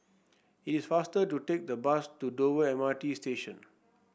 it is faster to take the bus to Dover M R T Station